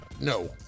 No